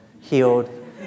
healed